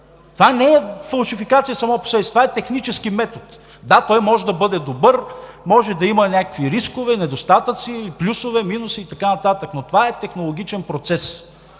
Това не е фалшификация само по себе си, това е технически метод. Да, той може да бъде добър, може да има някакви рискове, недостатъци, плюсове, минуси и така нататък, но това е технологичен процес.